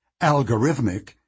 algorithmic